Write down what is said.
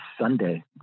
sunday